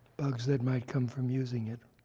bugs that might come from using it.